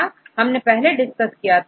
जैसा हमने पहले डिस्कस किया